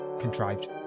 Contrived